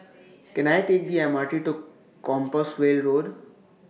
Can I Take The M R T to Compassvale Road